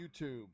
YouTube